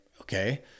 okay